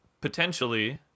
potentially